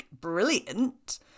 brilliant